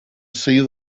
see